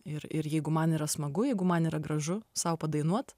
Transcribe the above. ir ir jeigu man yra smagu jeigu man yra gražu sau padainuot